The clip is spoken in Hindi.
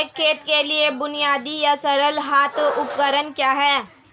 एक खेत के लिए बुनियादी या सरल हाथ उपकरण क्या हैं?